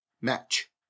match